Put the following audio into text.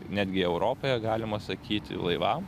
netgi europoje galima sakyti laivam